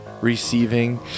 Receiving